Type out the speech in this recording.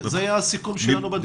זה היה הסיכום שלנו בדיון האחרון.